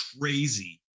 crazy